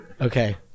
Okay